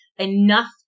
enough